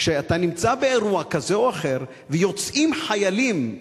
כשאתה נמצא באירוע כזה או אחר ויוצאים חיילים,